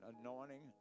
anointing